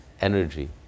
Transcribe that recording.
energy